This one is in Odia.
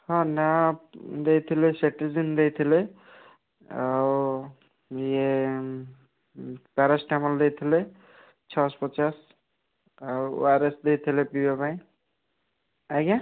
ହଁ ନା ଦେଇଥିଲେ ସେଟ୍ରିଜିନ୍ ଦେଇଥିଲେ ଆଉ ଇଏ ପାରାସିଟାମଲ୍ ଦେଇଥିଲେ ଛଅଶହ ପଚାଶ ଆଉ ଓ ଆର ଏସ ଦେଇଥିଲେ ପିଇବା ପାଇଁ ଆଜ୍ଞା